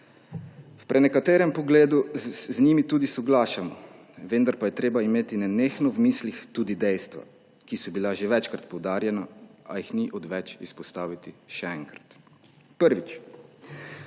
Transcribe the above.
V prenekaterem pogledu z njimi tudi soglašamo, vendar pa je treba imeti nenehno v mislih tudi dejstva, ki so bila že večkrat poudarjena, a jih ni odveč izpostaviti še enkrat. Prvič,